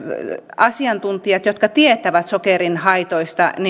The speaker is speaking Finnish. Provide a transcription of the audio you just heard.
asiantuntijat jotka tietävät sokerin haitoista